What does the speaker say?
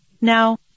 Now